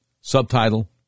Subtitle